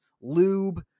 lube